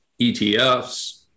ETFs